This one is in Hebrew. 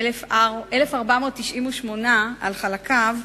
1498 על חלקיו,